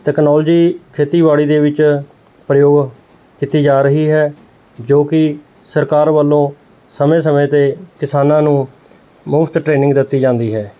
technology ਖੇਤੀਬਾੜੀ ਦੇ ਵਿੱਚ ਪ੍ਰਯੋਗ ਕੀਤੀ ਜਾ ਰਹੀ ਹੈ ਜੋ ਕਿ ਸਰਕਾਰ ਵੱਲੋਂ ਸਮੇਂ ਸਮੇਂ 'ਤੇ ਕਿਸਾਨਾਂ ਨੂੰ ਮੁਫਤ ਟ੍ਰੇਨਿੰਗ ਦਿੱਤੀ ਜਾਂਦੀ ਹੈ